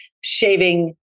shaving